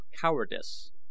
Cowardice